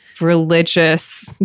religious